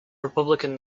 republican